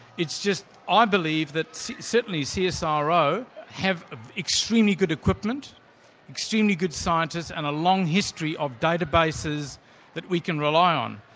it's just ah i believe that certainly so csiro have extremely good equipment extremely good scientists and a long history of databases that we can rely on.